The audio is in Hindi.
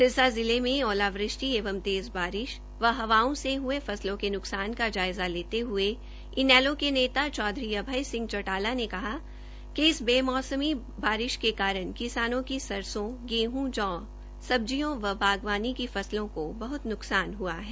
सिरसा जिले में ओलावृष्टि एवं तेज बारिश व हवाओं से हुए फसलों के नुकसान का जायजा लेते हुए इंडियन नेशनल लोकदल इनेलो के नेता चौधरी अभय सिंह चौटाला ने कहा कि इस बेमौसमी बारिश के कारण किसानों की सरसों गेहूं जौं सब्जिों व बागवानी की फसलों को बहुत नुकसान हुआ है